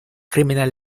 criminal